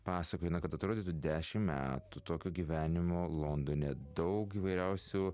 pasakojai na kad atrodytų dešimt metų tokio gyvenimo londone daug įvairiausių